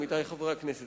עמיתי חברי הכנסת,